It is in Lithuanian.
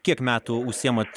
kiek metų užsiemat